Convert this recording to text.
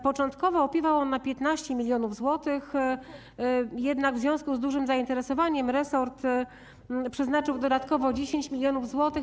Początkowo opiewał on na 15 mln zł, jednak w związku z dużym zainteresowaniem resort przeznaczył dodatkowo 10 mln zł.